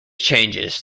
changes